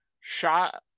shot